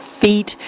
feet